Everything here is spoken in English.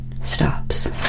stops